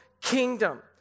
kingdom